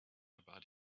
about